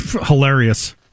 Hilarious